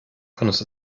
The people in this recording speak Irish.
conas